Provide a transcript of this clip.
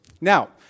Now